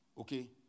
okay